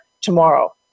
tomorrow